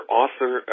author